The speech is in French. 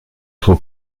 faux